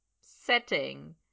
setting